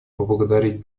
поблагодарить